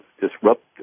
disrupt